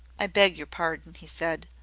i beg your pardon, he said.